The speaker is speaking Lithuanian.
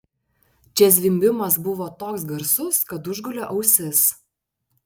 čia zvimbimas buvo toks garsus kad užgulė ausis